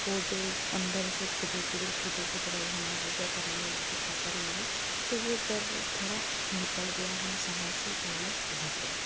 वह जो अंदर से कुदूर कुदूर कुदूर कर रहे हैं हम क्या करेंगे आगे का करेंगे तो वह डर थोड़ा निकल गया हम समय से पहले पहुँच गए